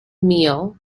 meal